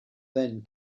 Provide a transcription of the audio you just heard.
then